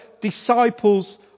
disciples